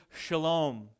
shalom